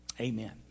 Amen